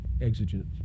exigent